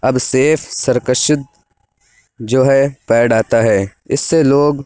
اب سیف سرکشید جو ہے پیڈ آتا ہے اِس سے لوگ